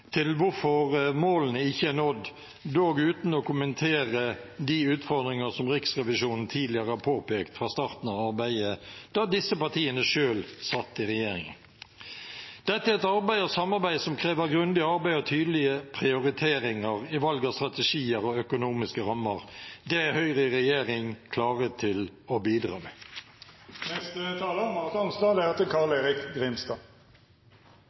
til at målene ikke er nådd, dog uten å kommentere de utfordringer som Riksrevisjonen tidligere har påpekt fra starten av arbeidet, da disse partiene selv satt i regjering. Dette er et arbeid og samarbeid som krever grundig arbeid og tydelige prioriteringer i valg av strategier og økonomiske rammer. Det er Høyre i regjering klar til å bidra med.